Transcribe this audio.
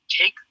Take